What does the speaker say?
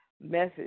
message